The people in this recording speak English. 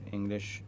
English